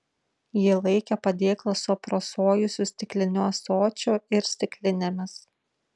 ji laikė padėklą su aprasojusiu stikliniu ąsočiu ir stiklinėmis